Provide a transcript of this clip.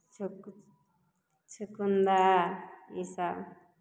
चुक चुकुन्दर ईसभ